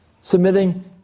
Submitting